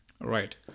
Right